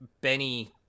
Benny